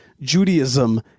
judaism